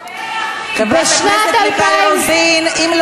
הרבה יהודים יש ב-BDS.